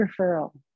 referral